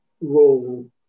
role